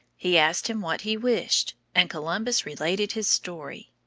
he asked him what he wished, and columbus related his story.